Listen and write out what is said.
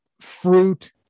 fruit